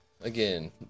again